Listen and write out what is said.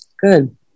Good